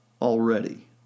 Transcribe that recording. already